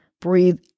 Breathe